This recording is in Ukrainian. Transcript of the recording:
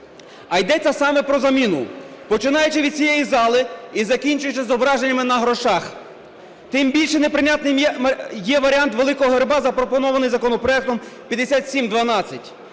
А йдеться саме про заміну, починаючи від цієї зали і закінчуючи зображеннями на грошах. Тим більше, неприйнятним є варіант великого герба, запропонований законопроектом 5712.